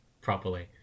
properly